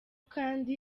kandi